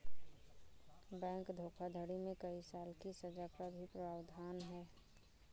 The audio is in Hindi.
बैंक धोखाधड़ी में कई साल की सज़ा का भी प्रावधान है